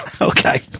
okay